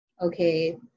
Okay